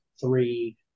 three